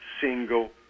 single